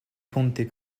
ponte